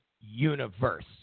Universe